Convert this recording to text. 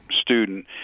student